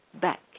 back